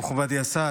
מכובדי השר,